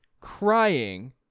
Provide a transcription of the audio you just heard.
crying